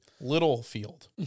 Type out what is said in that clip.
Littlefield